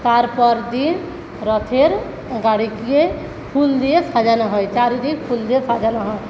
তারপর দিন রথের গাড়ি গিয়ে ফুল দিয়ে সাজানো হয় চারিদিক ফুল দিয়ে সাজানো হয়